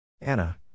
Anna